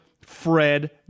Fred